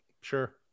sure